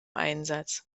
einsatz